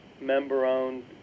member-owned